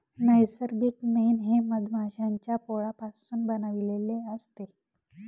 नैसर्गिक मेण हे मधमाश्यांच्या पोळापासून बनविलेले असते